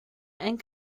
and